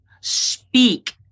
Speak